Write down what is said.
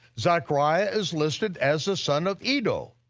zechariah is listed as the son of iddo,